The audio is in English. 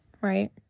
right